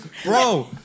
Bro